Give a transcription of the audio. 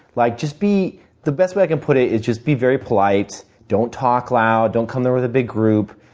like just be the best way i can put it is just be very polite. don't talk loud. don't come there with a big group.